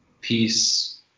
peace